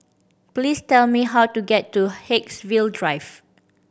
please tell me how to get to Haigsville Drive